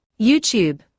YouTube